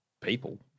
people